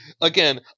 again